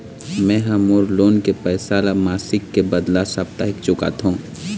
में ह मोर लोन के पैसा ला मासिक के बदला साप्ताहिक चुकाथों